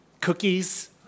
cookies